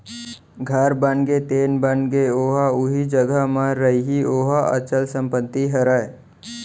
घर बनगे तेन बनगे ओहा उही जघा म रइही ओहा अंचल संपत्ति हरय